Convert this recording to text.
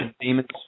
demons